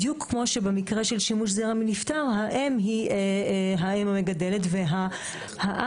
בדיוק כמו שבמקרה של שימוש זרע מנפטר האם היא האם המגדלת והאב,